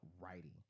writing